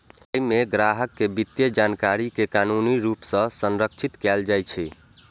अय मे ग्राहक के वित्तीय जानकारी कें कानूनी रूप सं संरक्षित कैल जाइ छै